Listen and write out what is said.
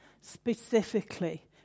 specifically